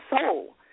soul